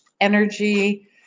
energy